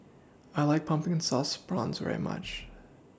I like Pumpkin Sauce Prawns very much